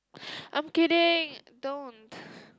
I'm kidding don't